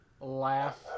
laugh